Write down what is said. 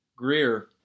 Greer